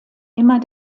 immer